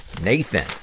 nathan